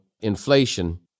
inflation